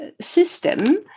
system